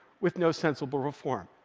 with no sensible reform.